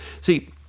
See